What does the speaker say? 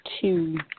two